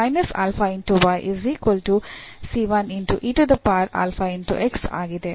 ಆದ್ದರಿಂದ ಈ ಆಗಿದೆ